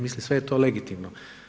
Mislim sve je to legitimno.